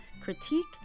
critique